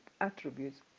attributes